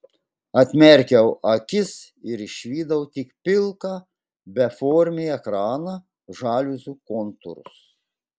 atmerkiau akis ir išvydau tik pilką beformį ekraną žaliuzių kontūrus